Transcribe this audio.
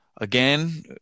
again